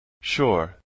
Sure